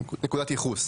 כן, נקודת ייחוס.